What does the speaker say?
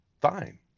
fine